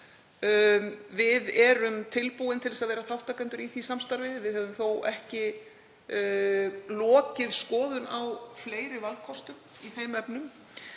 Við erum tilbúin til að vera þátttakendur í því samstarfi. Við höfum þó ekki lokið skoðun á fleiri valkostum í þeim efnum